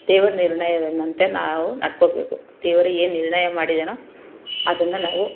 ದೇವ್ರ ನಿರ್ಣಯದಂತೆ ನಾವು ನಡ್ಕೊಬೇಕು ದೇವರು ಏನು ನಿರ್ಣಯ ಮಾಡಿದ್ದಾನೋ ಅದನ್ನು ನಾವು